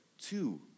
Two